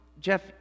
Jeff